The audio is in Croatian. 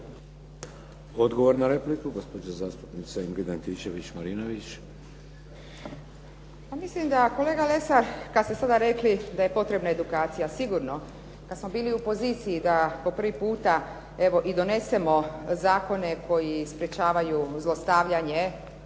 Odgovor na repliku, gospođa zastupnica Ingrid Antičević-Marinović. **Antičević Marinović, Ingrid (SDP)** Pa mislim da, kolega Lesar, kad ste sada rekli da je potrebna edukacija. Sigurno, kad smo bili u poziciji da po prvi puta, evo i donesemo zakone koji sprječavaju zlostavljanje